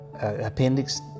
appendix